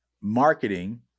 marketing